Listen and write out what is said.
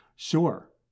Sure